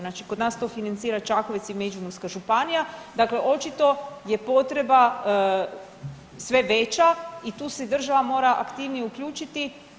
Znači kod nas to financira Čakovec i Međimurska županija dakle očito je potreba sve veća i tu se država mora aktivnije uključiti.